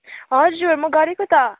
हजुर म गरेको त